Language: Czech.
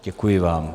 Děkuji vám.